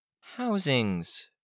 Housings